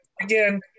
again